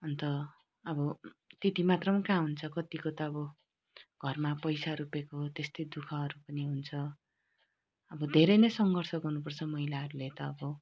अन्त अब त्यति मात्र पनि कहाँ हुन्छ कतिको त अब घरमा पैसा रुपियाँको त्यस्तै दुखहरू पनि हुन्छ अब धेरै नै सङ्घर्ष गर्नुपर्छ महिलाहरूले त अब